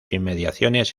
inmediaciones